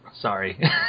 Sorry